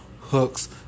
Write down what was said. hooks